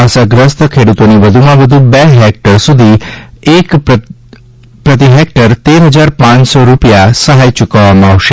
અસરગ્રસ્ત ખેડૂતોને વધુમાં વધુ બે હેક્ટ સુધી એક પ્રતિ હેક્ટર તેર હજાર પાંચસો રૂપિયા સહાય ચૂકવવામાં આવશે